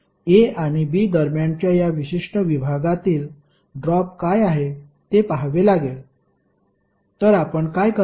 A आणि B दरम्यानच्या या विशिष्ट विभागातील ड्रॉप काय आहे ते पहावे लागेल तर आपण काय कराल